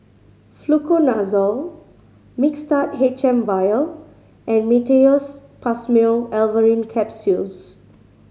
Fluconazole Mixtard H M Vial and Meteospasmyl Alverine Capsules